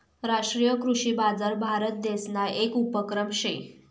राष्ट्रीय कृषी बजार भारतदेसना येक उपक्रम शे